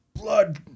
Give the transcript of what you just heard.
blood